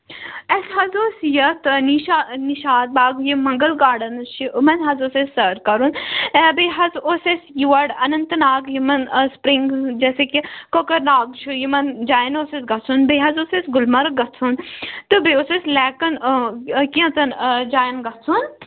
اسہِ حظ اوس یَتھ آ نِشا نِشاط باغ یِم مغَل گاڈنٕز چھِ یِمَن حظ اوس اسہِ سٲر کَرُن آ بیٚیہِ حظ اوس اسہِ یور اَنَنتہٕ ناگ یِمن سُپرِنٛگٕز جیسے کہِ کۄکَرناگ چھُ یِمن جایَن اوس اَسہِ گَژھُن بیٚیہِ حظ اوس اسہِ گُلمرگ گَژھُن تہٕ بیٚیہِ اوس اسہِ لیٚکن کیٚنٛژَن آ جایَن گَژھُن